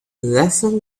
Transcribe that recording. lethal